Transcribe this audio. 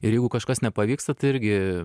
ir jeigu kažkas nepavyksta tai irgi